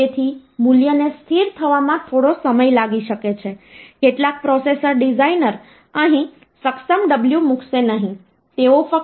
તેથી આ 55 ઓક્ટલ સિસ્ટમમાં છે જે ડેસિમલ પદ્ધતિમાં 45 છે